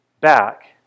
back